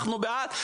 אנחנו בעד,